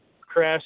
Chris